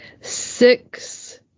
six